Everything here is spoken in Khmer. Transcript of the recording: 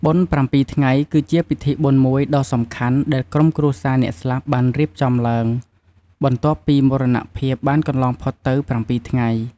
បុណ្យប្រាំពីរថ្ងៃ គឺជាពិធីបុណ្យមួយដ៏សំខាន់ដែលក្រុមគ្រួសារអ្នកស្លាប់បានរៀបចំឡើង បន្ទាប់ពីមរណភាពបានកន្លងផុតទៅ ៧ថ្ងៃ។